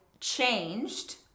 changed